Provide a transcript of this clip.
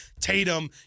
Tatum